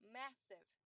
massive